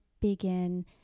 begin